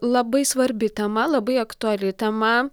labai svarbi tema labai aktuali tema